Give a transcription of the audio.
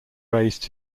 raised